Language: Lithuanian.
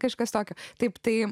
kažkas tokio taip tai